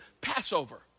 Passover